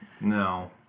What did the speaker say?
No